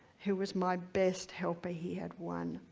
who was my best helper he had one